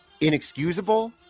inexcusable